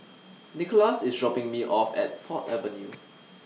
Nicholaus IS dropping Me off At Ford Avenue